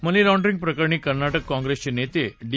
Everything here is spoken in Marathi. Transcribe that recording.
मनी लाँड्रींग प्रकरणी कर्नाटक काँप्रेसचे नेते डी